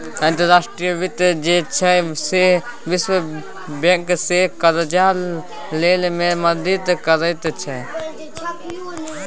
अंतर्राष्ट्रीय वित्त जे छै सैह विश्व बैंकसँ करजा लए मे मदति करैत छै